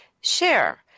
share